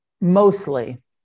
mostly